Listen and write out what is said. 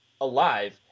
alive